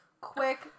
Quick